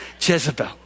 Jezebel